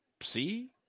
see